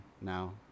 now